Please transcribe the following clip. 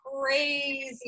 crazy